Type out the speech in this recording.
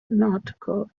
nautical